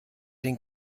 den